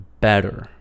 better